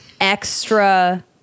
extra